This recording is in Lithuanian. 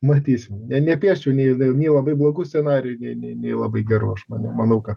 matysim ne nepiešiu nei nei labai blogų scenarijų nei nei nei labai gerų aš nemanau kad